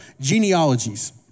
genealogies